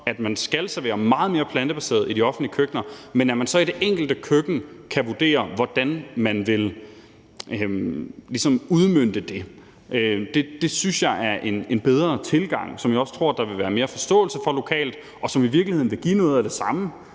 at man skal servere meget mere plantebaseret i de offentlige køkkener, men at man så i det enkelte køkken kan vurdere, hvordan man vil udmønte det. Det synes jeg er en bedre tilgang, som jeg også tror der vil være mere forståelse for lokalt, og som i virkeligheden vil give noget af det samme.